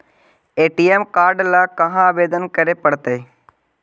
ATM card ल कहा आवेदन करे पड़तै?